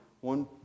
one